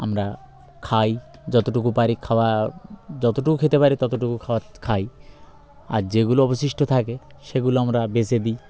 আমরা খাই যতটুকু পারি খাওয়া যতটুকু খেতে পারি ততটুকু খাওয়া খাই আর যেগুলো অবশিষ্ট থাকে সেগুলো আমরা বেঁচে দিই